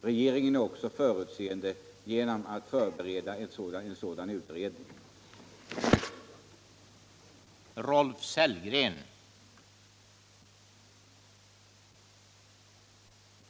Regeringen är också förutseende genom att förbereda en sådan utredning som det här gäller.